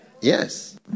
Yes